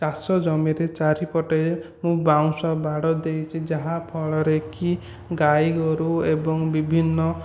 ଚାଷ ଜମିର ଚାରିପଟେ ମୁଁ ବାଉଁଶ ବାଡ଼ ଦେଇଛି ଯାହା ଫଳରେ କି ଗାଈ ଗୋରୁ ଏବଂ ବିଭିନ୍ନ